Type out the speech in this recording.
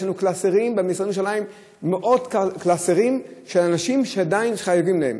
יש לנו במשרדים בירושלים מאות קלסרים של אנשים שעדיין חייבים להם.